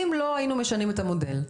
אם לא היינו משנים את המודל.